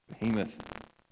Behemoth